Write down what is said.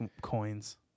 coins